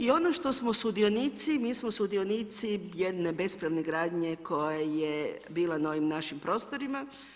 I ono što smo sudionici, mi smo sudionici jedne bespravne gradnje koja je bila na ovim našim prostorima.